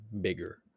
bigger